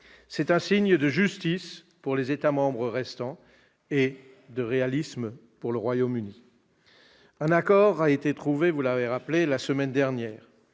C'est un signe de justice pour les États membres restants et de réalisme pour le Royaume-Uni. Un accord a été trouvé la semaine dernière.